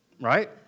right